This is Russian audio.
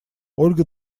ольга